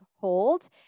hold